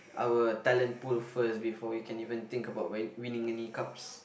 our talent pool first before we can even think about when winning any cups